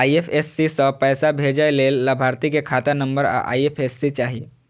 IFSC सं पैसा भेजै लेल लाभार्थी के खाता नंबर आ आई.एफ.एस.सी चाही